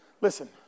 Listen